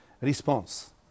response